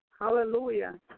Hallelujah